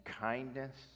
kindness